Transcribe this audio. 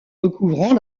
recouvrant